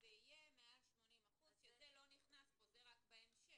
זה יהיה מעל 80%, שזה לא נכנס פה, זה רק בהמשך.